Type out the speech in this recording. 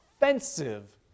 offensive